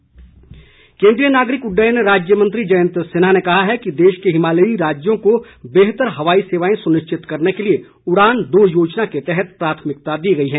उड़ान केन्द्रीय नागरिक उड्डयन राज्य मन्त्री जयन्त सिन्हा ने कहा है कि देश के हिमालयी राज्यों को बेहतर हवाई सेवाएं सुनिश्चित करने के लिए उड़ान दो योजना के तहत प्राथमिकता दी गई है